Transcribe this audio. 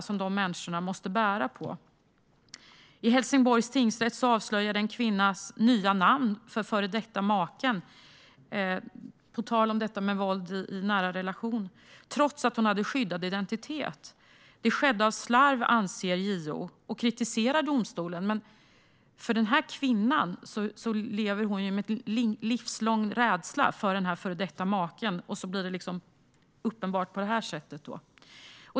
På tal om våld i nära relationer avslöjades i Helsingborgs tingsrätt en kvinnas nya namn för före detta maken, trots att hon hade skyddad identitet. Detta skedde av slarv, anser JO, och kritiserar domstolen. Denna kvinna lever med en livslång rädsla för den före detta maken, och så blir det uppenbart på detta sätt.